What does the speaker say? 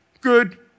good